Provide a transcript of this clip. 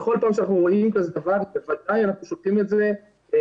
בכל פעם שאנחנו רואים כזה דבר בוודאי אנחנו שולחים את זה מיד